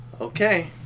Okay